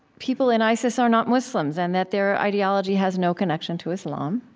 people in isis, are not muslims and that their ideology has no connection to islam.